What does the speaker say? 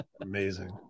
Amazing